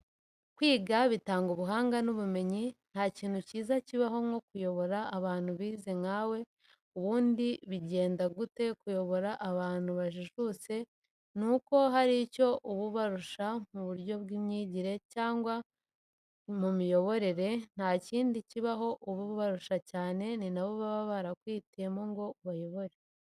Kwiga bitanga ubuhanga n'ubumenyi ntakintu kiza kibaho nkokuyobora abantu bize nkawe ubundi bigenda gute kuyobora abantu bajijutse nuko hari icyo uba ubarusha muburyo bwimyigire cyangwa mweimiyoborere ntakindi kiraho uba ubarusha cyane ninabo bakwihitiramo ngo ubayobore.